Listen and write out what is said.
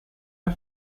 der